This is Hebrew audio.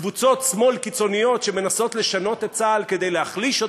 קבוצות שמאל קיצוניות שמנסות לשנות את צה"ל כדי להחליש אותו.